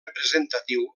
representatiu